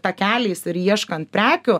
takeliais ir ieškant prekių